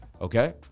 Okay